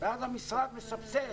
ואז המשרד מסבסד